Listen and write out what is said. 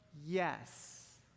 Yes